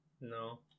No